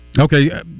Okay